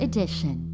Edition